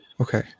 Okay